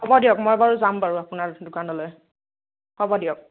হ'ব দিয়ক মই বাৰু যাম বাৰু আপোনাৰ দোকানলৈ হ'ব দিয়ক